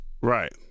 Right